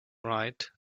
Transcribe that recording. right